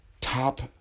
top